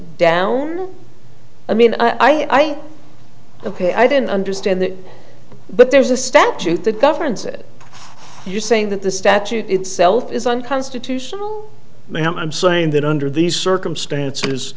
down i mean i took a i didn't understand that but there's a statute that governs it you're saying that the statute itself is unconstitutional now i'm saying that under these circumstances